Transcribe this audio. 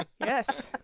Yes